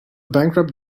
bankrupt